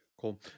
Cool